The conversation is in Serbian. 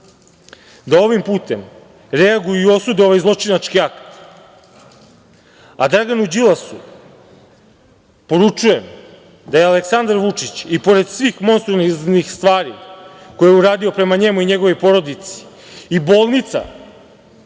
da ovim putem reaguju i osude ovaj zločinački akt, a Draganu Đilasu poručujem da je Aleksandar Vučić i pored svih monstruoznih stvari koje je uradio prema njemu i njegovoj porodici i bolnica